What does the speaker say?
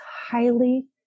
highly